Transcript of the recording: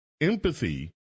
empathy